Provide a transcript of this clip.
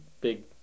big